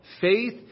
Faith